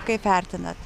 kaip vertinat